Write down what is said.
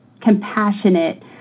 compassionate